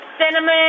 cinnamon